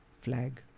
flag